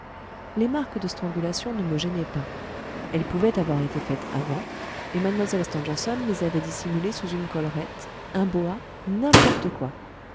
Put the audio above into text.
les marques de strangulation ne me gênaient pas elles pouvaient avoir été faites avant et mlle stangerson les avait dissimulées sous une collerette un boa n'importe quoi